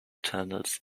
channels